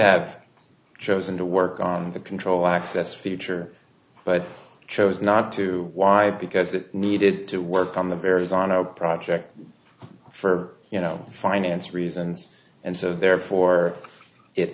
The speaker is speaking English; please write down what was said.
have chosen to work on the control access feature but chose not to why because it needed to work on the verizon a project for you know finance reasons and so therefore it